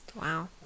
wow